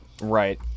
Right